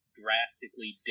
drastically